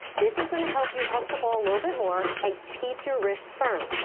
this is going to help you hook the ball a little bit more and keep your wrist firm.